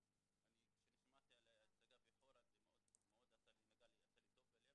כשאני שמעתי את ההצגה בחורה זה עשה לי טוב בלב,